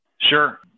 Sure